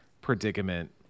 predicament